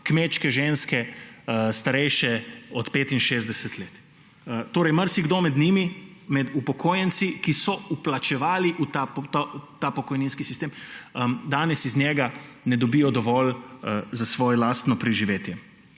kmečke ženske, starejše od 65 let. Torej, marsikdo med upokojenci, ki so vplačevali v ta pokojninski sistem, danes iz njega ne dobi dovolj za svoje lastno preživetje.